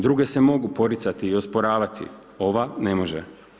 Druge se mogu poricati i osporavati, ova ne može.